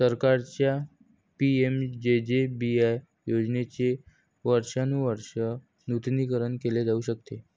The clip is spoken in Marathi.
सरकारच्या पि.एम.जे.जे.बी.वाय योजनेचे वर्षानुवर्षे नूतनीकरण केले जाऊ शकते